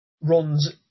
runs